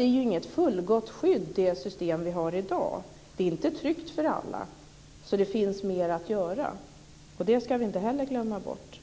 Det system vi har i dag ger alltså inget fullgott skydd. Det är inte tryggt för alla. Det finns mer att göra, det ska vi inte heller glömma bort.